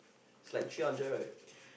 is like three hundred right